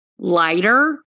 lighter